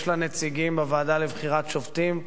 יש לה נציגים בוועדה לבחירת שופטים,